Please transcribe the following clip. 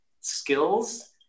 skills